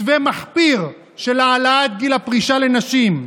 מתווה מחפיר של העלאת גיל הפרישה לנשים.